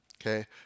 Okay